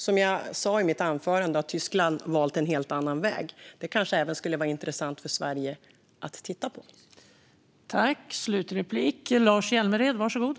Som jag sa i mitt anförande har Tyskland valt en helt annan väg. Det kanske skulle vara intressant att titta på även för Sverige.